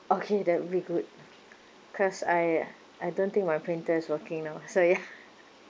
okay that'll be good because I I don't think my printer is working now so ya